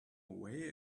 away